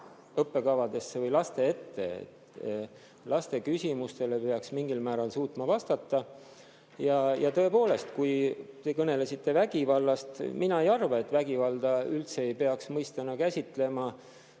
õppekavadesse või laste ette. Laste küsimustele peaks mingil määral suutma vastata. Ja tõepoolest, kui te kõnelesite vägivallast, siis mina ei arva, et vägivalda üldse ei peaks mõistena käsitlema,